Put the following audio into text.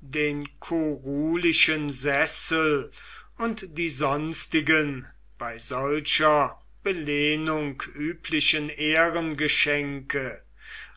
den kurulischen sessel und die sonstigen bei solcher belehnung üblichen ehrengeschenke